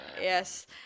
yes